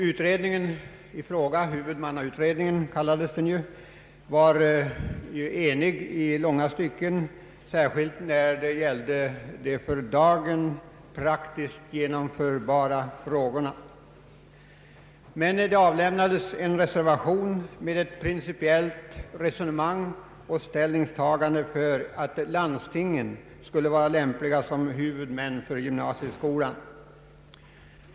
Utredningen i fråga — den kallades som bekant huvudmannautredningen — var enig i långa stycken särskilt när det gällde de för dagen praktiskt genomförbara frågorna. Det avlämnades emellertid en reservation med ett principiellt resonemang om och ställningstagande för att landstingen borde vara lämpliga som huvudmän för gymnasieskolan.